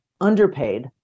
underpaid